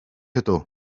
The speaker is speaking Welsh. ydw